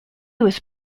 was